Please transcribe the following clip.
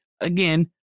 again